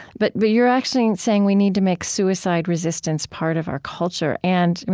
but but you're actually saying we need to make suicide resistance part of our culture. and, i mean,